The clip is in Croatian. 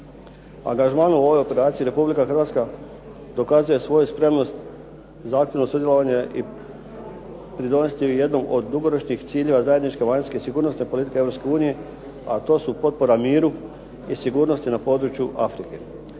Angažmanom u ovoj operaciji Republika Hrvatska dokazuje svoju spremnost za aktivno sudjelovanje i pridonijeti u jednom od dugoročnih ciljeva zajedničke vanjske i sigurnosne politike Europske unije, a to su potpora miru i sigurnosti na području Afrike.